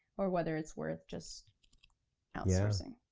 or whether it's worth just outsourcing.